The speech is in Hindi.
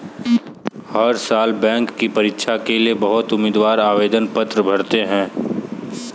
हर साल बैंक की परीक्षा के लिए बहुत उम्मीदवार आवेदन पत्र भरते हैं